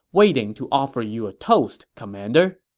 waiting to offer you a toast, commander.